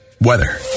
weather